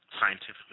scientifically